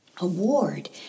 award